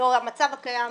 המצב הקיים,